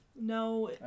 No